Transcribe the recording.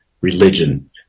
religion